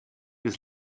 des